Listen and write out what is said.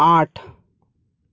आठ